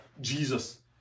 Jesus